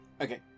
Okay